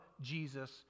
Jesus